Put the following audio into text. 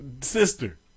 sister